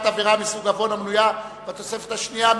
עבירה מסוג עוון המנויה בתוספת השנייה".